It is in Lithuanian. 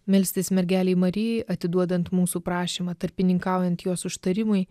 melstis mergelei marijai atiduodant mūsų prašymą tarpininkaujant jos užtarimui